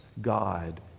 God